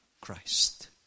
Christ